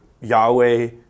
Yahweh